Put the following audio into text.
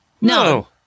no